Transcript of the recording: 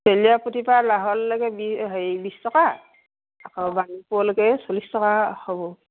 লাহোৱালৈকে হেৰি বিছ টকা আকৌ বাণীপুৰলৈকে চল্লিছ টকা হ'ব